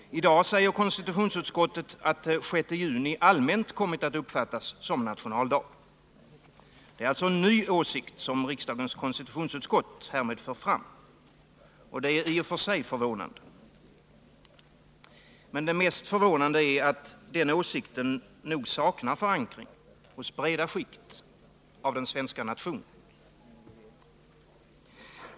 I dag säger konstitutionsutskottet, att 6 juni allmänt kommit att uppfattas som nationaldag. Det är en ny åsikt som riksdagens konstitutionsutskott här för fram. Det är i och för sig förvånande. Men mest förvånande är, att denna åsikt nog saknar förankring hos breda skikt av nationen.